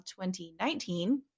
2019